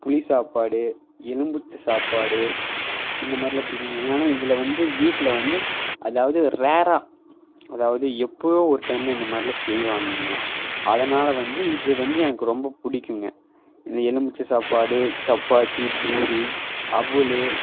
புளி சாப்பாடு எலும்புச்சை சாப்பாடு இந்த மாதிரிலான் பிடிக்குங்க ஏனால் இதில் வந்து வீட்டில் வந்து அதாவது ரேராக அதாவது எப்போவோ ஒரு டைமில் இந்த மாதிரிலாம் செய்வாங்கங்க அதனால் வந்து இது வந்து எனக்கு ரொம்ப பிடிக்குங்க இந்த எலுமிச்சை சாப்பாடு சப்பாத்தி பூரி அவலு